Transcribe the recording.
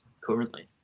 currently